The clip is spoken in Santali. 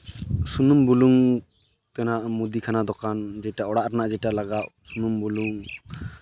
ᱥᱩᱱᱩᱢ ᱵᱩᱞᱩᱝ ᱛᱮᱱᱟᱜ ᱢᱩᱫᱤ ᱠᱷᱟᱱᱟ ᱫᱚᱠᱟᱱ ᱡᱮᱴᱟ ᱚᱲᱟᱜ ᱨᱮᱱᱟᱜ ᱡᱮᱴᱟ ᱞᱟᱜᱟᱣ ᱥᱩᱱᱩᱢ ᱵᱩᱞᱩᱝ